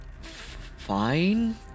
Fine